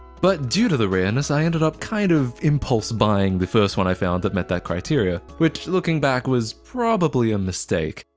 but due to the rareness, i ended up kind of impulse buying the first one i found that met that criteria. which looking back was probably a mistake.